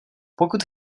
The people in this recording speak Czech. pokud